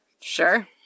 Sure